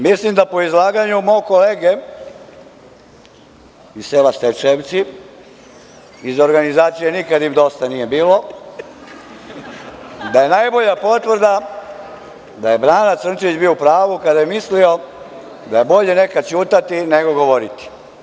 Mislim da po izlaganju mog kolege iz sela Stajčevci, iz organizacije „Nikad im dosta nije bilo“ da je najbolja potvrda da je Brana Crnčević bio u pravu da je bolje nekad ćutati nego govoriti.